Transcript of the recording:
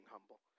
humble